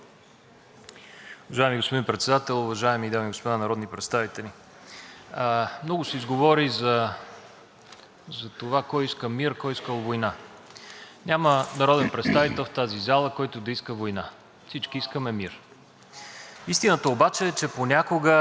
за това кой искал мир, кой искал война. Няма народен представител в тази зала, който да иска война. Всички искаме мир. Истината обаче е, че понякога маразмът и мракобесието решават да тръгнат агресивно напред